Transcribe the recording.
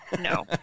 No